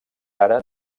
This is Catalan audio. ara